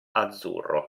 azzurro